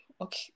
Okay